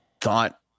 thought